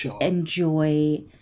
enjoy